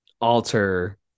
alter